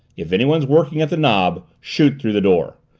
if anyone's working at the knob shoot through the door.